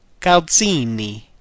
Calzini